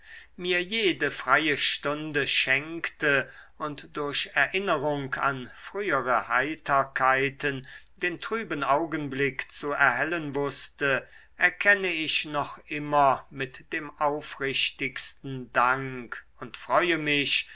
mir jede freie stunde schenkte und durch erinnerung an frühere heiterkeiten den trüben augenblick zu erhellen wußte erkenne ich noch immer mit dem aufrichtigsten dank und freue mich